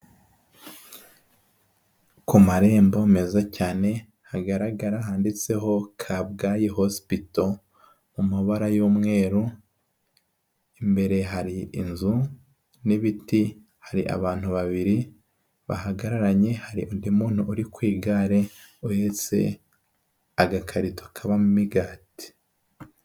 Ku marembo meza cyane, hagaragara handitseho, Kabgayi Hospital. Mu mabara y'umweru, imbere hari inzu n'ibiti, hari abantu babiri bahagararanye, hari undi muntu uri ku igare, uhetse agakarito kabamo imigati.